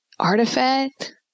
Artifact